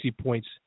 points